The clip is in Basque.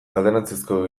alderantzizko